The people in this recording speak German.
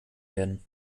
werden